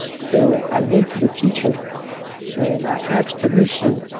so i went to the teacher and i asked permission